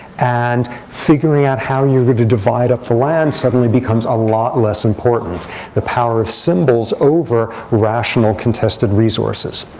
and figuring out how you're going to divide up the land suddenly becomes a lot less important the power of symbols over rational contested resources.